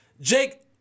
Jake